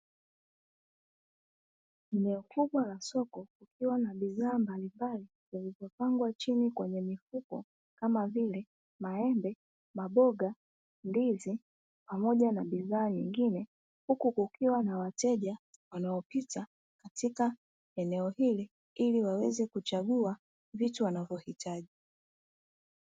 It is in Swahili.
Eneo kubwa la soko likiwa na bidhaa mbalimbali zilizopangwa chini kwenye mifuko kama vile: maembe, maboga, ndizi pamoja na bidhaa nyingine; huku kukiwa na wateja wanaopita katika eneo hili ili waweze kuchagua vitu wanavyohitaji.